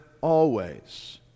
always